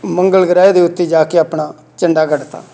ਮੰਗਲ ਗ੍ਰਹਿ ਦੇ ਉੱਤੇ ਜਾ ਕੇ ਆਪਣਾ ਝੰਡਾ ਗੱਡਤਾ